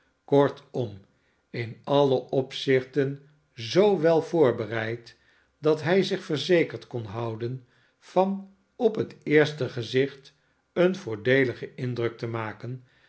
kortom in alle opzichten zoo wel voorbereid dat hij zich verzekerd kon houden van op het eerste gezicht een voordeeligen indruk te maken